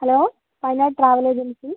hello Wayanad travel agency